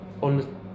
on